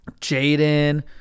Jaden